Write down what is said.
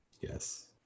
Yes